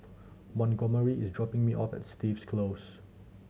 Montgomery is dropping me off at Stevens Close